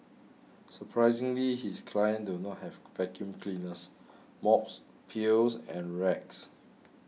surprisingly his clients do not have vacuum cleaners mops pails and rags